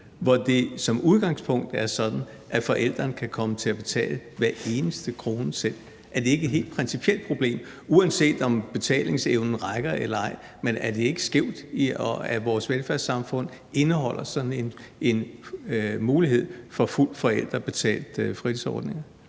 hvor det som udgangspunkt er sådan, at forældrene kan komme til at betale hver eneste krone selv? Er det ikke et helt principielt problem, uanset om betalingsevnen rækker eller ej? Er det ikke skævt, at vores velfærdssamfund indholder en sådan mulighed for fuldt forældrebetalte fritidsordninger?